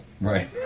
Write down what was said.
Right